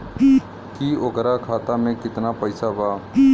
की ओकरा खाता मे कितना पैसा बा?